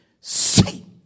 see